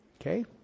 Okay